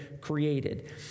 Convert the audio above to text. created